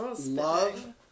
love